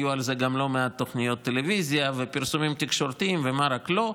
היו על זה גם לא מעט תוכניות טלוויזיה ופרסומים תקשורתיים ומה לא.